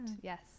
yes